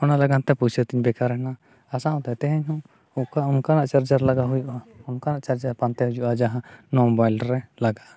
ᱚᱱᱟ ᱞᱟᱹᱜᱤᱫᱼᱛᱮ ᱯᱚᱭᱥᱟᱛᱤᱧ ᱵᱮᱠᱟᱨᱮᱱᱟ ᱟᱨ ᱥᱟᱶᱛᱮ ᱛᱮᱦᱮᱧᱦᱚᱸ ᱚᱱᱟᱠᱟᱱᱟᱜ ᱪᱟᱨᱡᱟᱨ ᱞᱟᱜᱟᱣ ᱦᱩᱭ ᱠᱚᱜᱼᱟ ᱚᱱᱠᱟᱱᱟᱜ ᱪᱟᱨᱡᱟᱨ ᱯᱟᱱᱛᱮ ᱦᱩᱭᱩᱜᱼᱟ ᱡᱮ ᱡᱟᱦᱟᱸ ᱱᱚᱣᱟ ᱢᱳᱵᱟ ᱤᱞ ᱨᱮ ᱞᱟᱜᱟᱜᱼᱟ